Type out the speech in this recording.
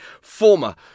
former